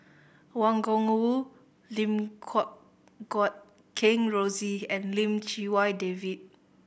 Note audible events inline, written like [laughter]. Wang Gungwu Lim [unintelligible] Guat Kheng Rosie and Lim Chee Wai David